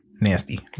Nasty